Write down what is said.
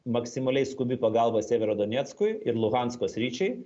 maksimaliai skubi pagalba severodoneckui ir luhansko sričiai